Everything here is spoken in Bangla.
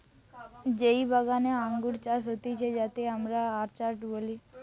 যেই বাগানে আঙ্গুর চাষ হতিছে যাতে আমরা অর্চার্ড বলি